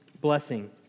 blessing